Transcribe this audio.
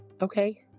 Okay